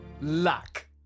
Luck